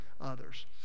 others